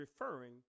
referring